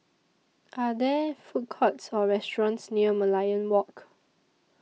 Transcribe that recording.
Are There Food Courts Or restaurants near Merlion Walk